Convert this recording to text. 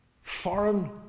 foreign